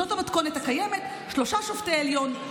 זאת המתכונת הקיימת: שלושה שופטי עליון,